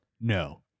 no